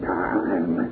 time